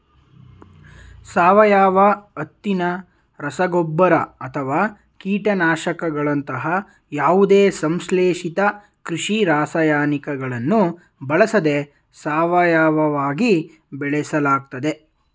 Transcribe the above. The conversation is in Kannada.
ಸಾವಯವ ಹತ್ತಿನ ರಸಗೊಬ್ಬರ ಅಥವಾ ಕೀಟನಾಶಕಗಳಂತಹ ಯಾವುದೇ ಸಂಶ್ಲೇಷಿತ ಕೃಷಿ ರಾಸಾಯನಿಕಗಳನ್ನು ಬಳಸದೆ ಸಾವಯವವಾಗಿ ಬೆಳೆಸಲಾಗ್ತದೆ